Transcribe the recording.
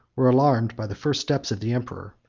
were alarmed by the first steps of the emperor,